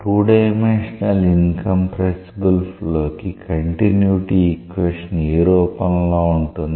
2 dimensional incompressible flow కి continuity equation ఏ రూపంలో ఉంటుంది